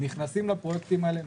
נכנסים לפרויקטים האלה,